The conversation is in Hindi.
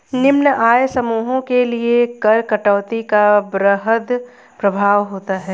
निम्न आय समूहों के लिए कर कटौती का वृहद प्रभाव होता है